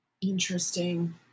Interesting